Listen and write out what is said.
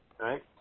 right